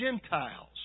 Gentiles